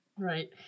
Right